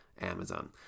Amazon